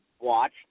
watch